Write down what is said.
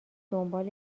دنبال